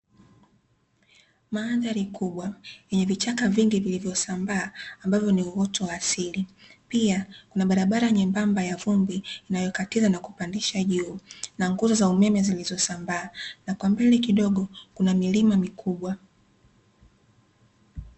Mandhari kubwa yenye vichaka vingi vilivyosambaa, ambavyo ni uoto wa asili. Pia kuna barabara nyembamba ya vumbi inayokatiza na kupandisha juu, na nguzo za umeme zilizosambaa, na kwa mbele kidogo kuna milima mikubwa.